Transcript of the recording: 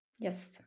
Yes